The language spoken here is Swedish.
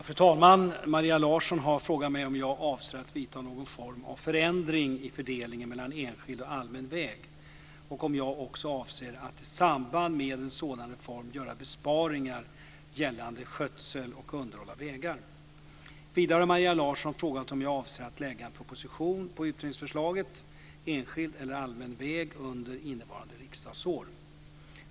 Fru talman! Maria Larsson har frågat mig om jag avser att vidta någon form av förändring i fördelningen mellan enskild och allmän väg och om jag också avser att i samband med en sådan reform göra besparingar gällande skötsel och underhåll av vägar. Vidare har Maria Larsson frågat om jag avser att lägga en proposition på utredningsförslaget Enskild eller allmän väg? under innevarande riksdagsår.